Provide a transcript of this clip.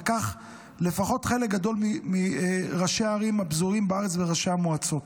וכך לפחות חלק גדול מראשי הערים הפזורים בארץ וראשי המועצות.